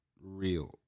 real